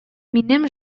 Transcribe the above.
минем